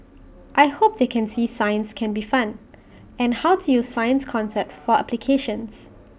I hope they can see science can be fun and how to use science concepts for applications